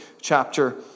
chapter